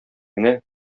генә